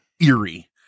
eerie